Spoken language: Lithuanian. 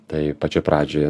tai pačioj pradžioj